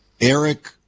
Eric